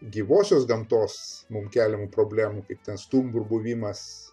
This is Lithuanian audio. gyvosios gamtos mum keliamų problemų kaip ten stumbrų buvimas